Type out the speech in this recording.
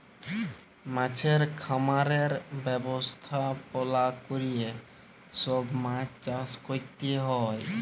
মাছের খামারের ব্যবস্থাপলা ক্যরে সব মাছ চাষ ক্যরতে হ্যয়